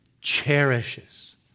cherishes